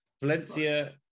Valencia